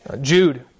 Jude